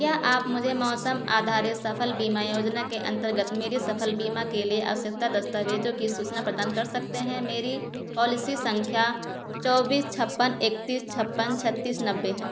क्या आप मुझे मौसम आधारित सफल बीमा योजना के अंतर्गत मेरी सफल बीमा के लिए आवश्यक दस्तावेज़ों की सूचना प्रदान कर सकते हैं मेरी पॉलिसी संख्या चौबीस छप्पन इकतीस छप्पन छत्तीस नब्बे है